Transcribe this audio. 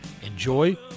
Enjoy